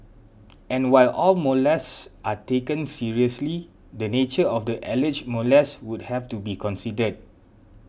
and while all molests are taken seriously the nature of the alleged molest would have to be considered